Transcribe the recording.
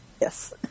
yes